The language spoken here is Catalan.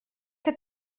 que